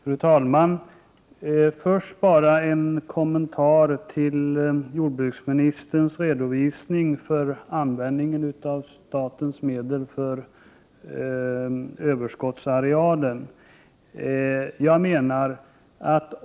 Fru talman! Först vill jag kommentera jordbruksministerns redovisning för användningen av statens medel för överskottsarealen.